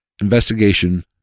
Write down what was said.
investigation